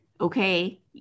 okay